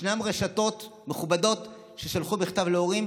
ישנן רשתות מכובדות ששלחו בכתב להורים